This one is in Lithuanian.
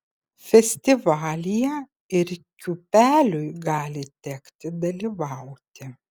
festivalyje ir kiūpeliui gali tekti dalyvauti